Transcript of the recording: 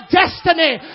destiny